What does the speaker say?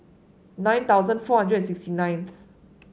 nine thousand four hundred and sixty ninth